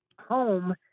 home